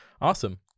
Awesome